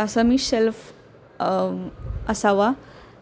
असं मी शेल्फ असावा